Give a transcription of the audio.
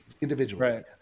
individually